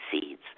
seeds